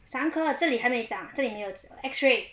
三课这里还没长这里还有 X-ray